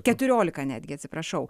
keturiolika netgi atsiprašau